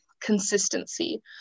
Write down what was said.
consistency